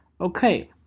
Okay